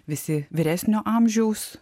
visi vyresnio amžiaus